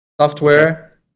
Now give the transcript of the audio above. software